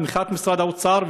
תמיכת משרד האוצר,